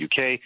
UK